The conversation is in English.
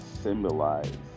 symbolize